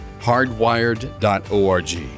hardwired.org